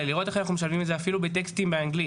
אלא לראות איך אנחנו משלבים את זה אפילו בטקסטים באנגלית.